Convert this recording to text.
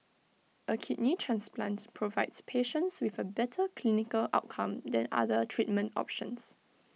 A kidney transplant provides patients with A better clinical outcome than other treatment options